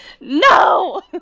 No